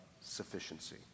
sufficiency